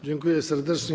Dziękuję serdecznie.